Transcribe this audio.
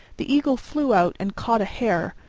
the eagle flew out and caught a hare,